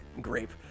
Grape